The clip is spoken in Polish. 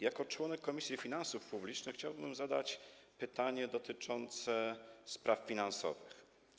Jako członek Komisji Finansów Publicznych chciałbym zadać pytanie dotyczące spraw finansowych.